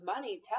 money